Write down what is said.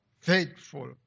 faithful